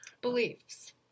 Beliefs